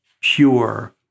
pure